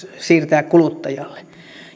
siirtää kuluttajalle